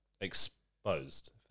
exposed